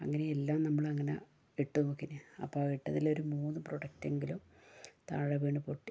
അങ്ങനെ എല്ലാം നമ്മള്അങ്ങനെ ഇട്ട് നോക്കി അപ്പോൾ ഇട്ടതിലൊരു മൂന്നു പ്രോഡക്റ്റ്ങ്കിലും താഴെ വീണു പൊട്ടി